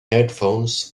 headphones